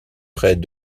près